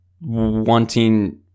wanting